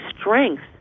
strength